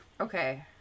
Okay